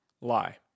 Lie